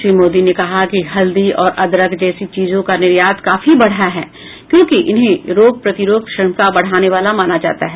श्री मोदी ने कहा कि हल्दी और अदरक जैसी चीजों का निर्यात काफी बढा है क्योंकि इन्हें रोग प्रतिरोध क्षमता बढाने वाला माना जाता है